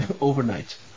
overnight